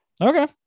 Okay